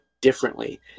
differently